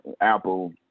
Apple